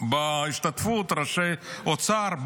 בהשתתפות ראשי האוצר.